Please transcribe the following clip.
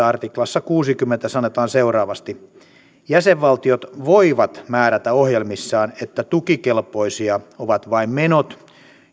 artiklassa kuuteenkymmeneen sanotaan seuraavasti jäsenvaltiot voivat määrätä ohjelmissaan että tukikelpoisia ovat vain menot